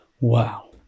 Wow